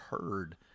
Heard